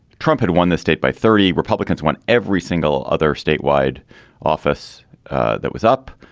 trump had won the state by thirty republicans won every single other statewide office that was up.